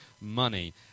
money